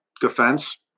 defense